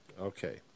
Okay